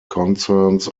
concerns